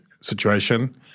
situation